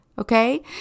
Okay